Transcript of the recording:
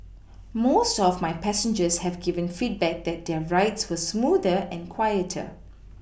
most of my passengers have given feedback that their rides were smoother and quieter